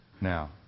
now